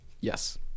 yes